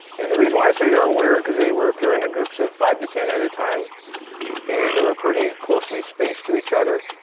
and the reason why i say there are weird because they were appearing in groups of five to ten at a time and they were pretty closely spaced to each other.